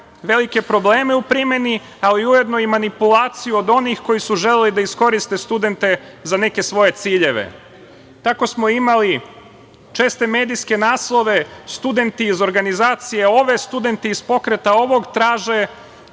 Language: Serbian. velike probleme u primeni, ali ujedno i manipulaciju od onih koji su želeli da iskoriste studente za neke svoje ciljeve. Tako smo imali česte medijske naslove - studenti iz organizacije ove, studenti iz pokreta ovog, traže